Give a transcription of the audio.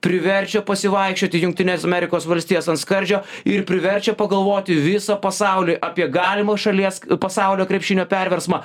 priverčia pasivaikščioti į jungtines amerikos valstijas ant skardžio ir priverčia pagalvoti visą pasaulį apie galimą šalies pasaulio krepšinio perversmą